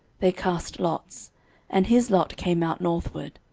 they cast lots and his lot came out northward.